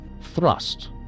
thrust